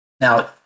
Now